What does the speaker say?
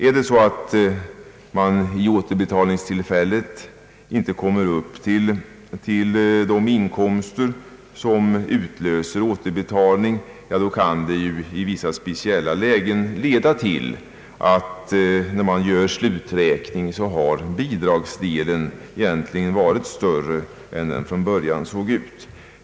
Är det så att man vid återbetalningstillfället inte har de inkomster som utlöser återbetalning, kan det i vissa speciella lägen leda till att när man »gör sluträkning» så har bidragsdelen egentligen varit större än den från början såg ut att vara.